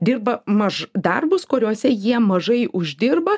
dirba maž darbus kuriuose jie mažai uždirba